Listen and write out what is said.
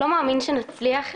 לא מאמין שנצליח,